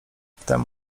wtem